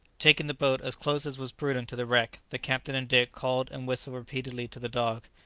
taking the boat as close as was prudent to the wreck, the captain and dick called and whistled repeatedly to the dog,